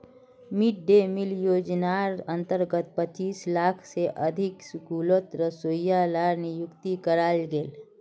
mid day meal योज्नार अंतर्गत पच्चीस लाख से अधिक स्कूलोत रोसोइया लार नियुक्ति कराल गेल